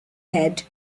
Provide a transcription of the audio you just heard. head